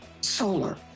solar